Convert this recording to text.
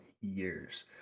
years